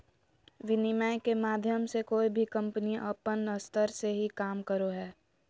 विनिमय के माध्यम मे कोय भी कम्पनी अपन स्तर से ही काम करो हय